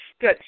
Good